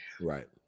right